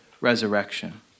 resurrection